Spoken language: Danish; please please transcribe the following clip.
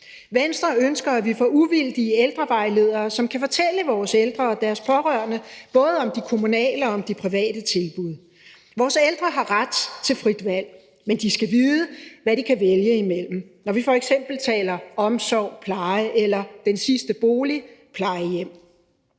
Venstre ønsker, at vi får uvildige ældrevejledere, som kan fortælle vores ældre og deres pårørende om både de kommunale og om de private tilbud. Vores ældre har ret til frit valg, men de skal vide, hvad de kan vælge imellem, når vi f.eks. taler omsorg, pleje eller den sidste bolig: plejehjem.